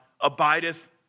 abideth